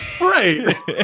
right